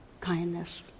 kindness